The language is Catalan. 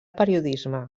periodisme